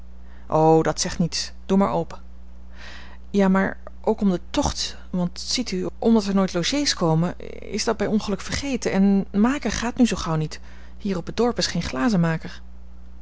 o dat zegt niets doe maar open ja maar ook om de tocht want ziet u omdat er nooit logés komen is dat bij ongeluk vergeten en maken gaat nu zoo gauw niet hier op het dorp is geen